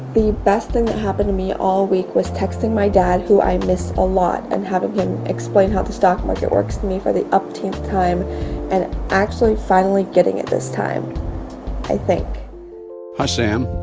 the best thing that happened to me all week was texting my dad, who i miss a lot, and having him explain how the stock market works to me for the umpteenth time and actually finally getting it this time i think hi, sam.